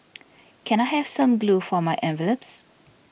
can I have some glue for my envelopes